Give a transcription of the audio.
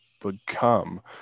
become